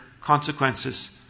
consequences